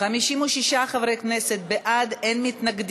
על הצעת החוק השנייה שהוצמדה,